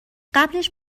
قبلش